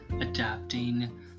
adapting